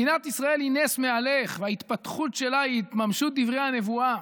מדינת ישראל היא נס מהלך וההתפתחות שלה היא התממשות דברי הנבואה.